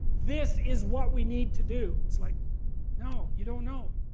this is what we need to do. it's like no, you don't know.